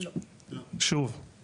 שוב.